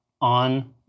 on